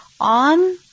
on